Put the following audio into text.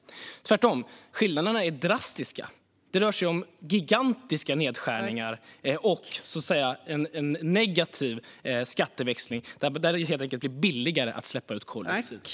Tvärtom är skillnaderna drastiska. Det rör sig om gigantiska nedskärningar och en negativ skatteväxling där det helt enkelt blir billigare att släppa ut koldioxid.